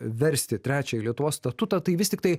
versti trečiąjį lietuvos statutą tai vis tiktai